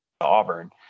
Auburn